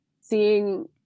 seeing